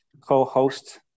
co-host